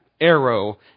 arrow